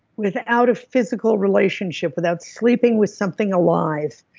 without a physical relationship, without sleeping with something alive,